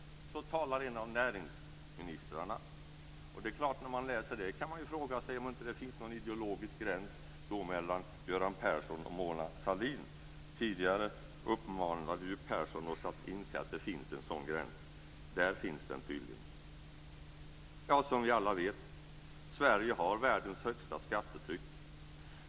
Så talar en av näringsministrarna. Det är klart att man när man läser det kan fråga sig om det inte finns en ideologisk gräns mellan Göran Persson och Mona Sahlin. Tidigare uppmanade ju Persson oss att inse att det finns en sådan gräns. Där finns den tydligen. Ja, som vi alla vet: Sverige har världens högsta skattetryck.